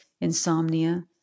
insomnia